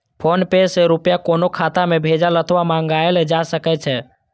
PhonePe सं रुपया कोनो खाता मे भेजल अथवा मंगाएल जा सकै छै